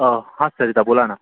अ हा सरिता बोला ना